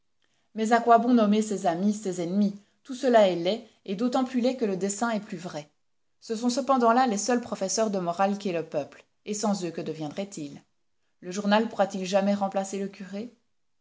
mais à quoi bon nommer ses amis ses ennemis tout cela est laid et d'autant plus laid que le dessein est plus vrai ce sont cependant là les seuls professeurs de morale qu'ait le peuple et sans eux que deviendrait-il le journal pourra-t-il jamais remplacer le curé